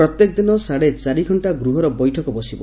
ପ୍ରତ୍ୟେକ ଦିନ ସାଢ଼େ ଚାରି ଘଣ୍କା ଗୃହର ବୈଠକ ବସିବ